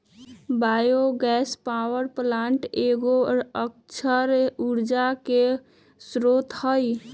bio gas power plant एगो अक्षय ऊर्जा के स्रोत हइ